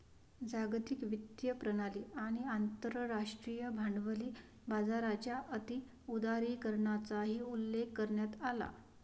जागतिक वित्तीय प्रणाली आणि आंतरराष्ट्रीय भांडवली बाजाराच्या अति उदारीकरणाचाही उल्लेख करण्यात आला